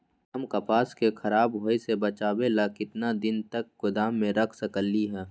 हम कपास के खराब होए से बचाबे ला कितना दिन तक गोदाम में रख सकली ह?